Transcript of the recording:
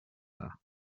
her